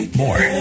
more